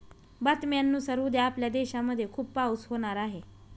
बातम्यांनुसार उद्या आपल्या देशामध्ये खूप पाऊस होणार आहे